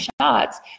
shots